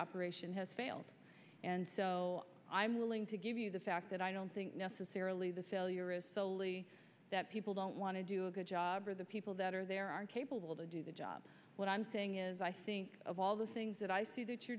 operation has failed and so i'm willing to give you the fact that i don't think necessarily the failure is soley that people don't want to do a good job or the people that are there are capable to do the job what i'm saying is i think of all the things that i see that you're